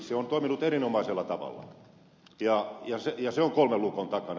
se on toiminut erinomaisella tavalla ja se on kolmen lukon takana